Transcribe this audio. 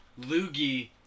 loogie